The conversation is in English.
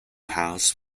house